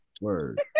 Word